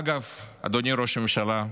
אגב, אדוני ראש הממשלה,